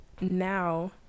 now